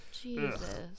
Jesus